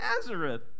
Nazareth